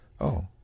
Oh